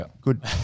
Good